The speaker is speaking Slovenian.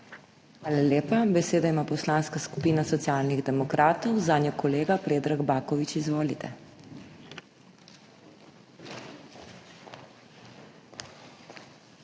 Hvala lepa. Besedo ima Poslanska skupina Socialnih demokratov, zanjo kolega Predrag Baković. Izvolite.